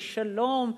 ושלום,